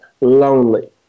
lonely